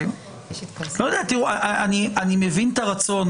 אני מבין את הרצון,